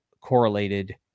correlated